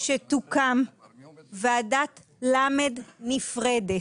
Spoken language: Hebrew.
שתוקם ועדת ל' נפרדת,